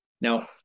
Now